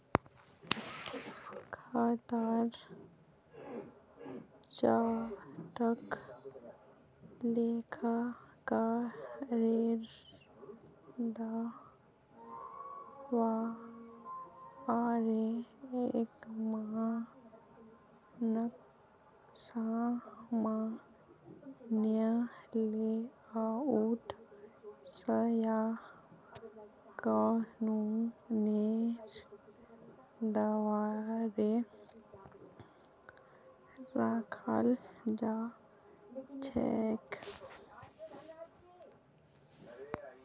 खातार चार्टक लेखाकारेर द्वाअरे एक मानक सामान्य लेआउट स या कानूनेर द्वारे रखाल जा छेक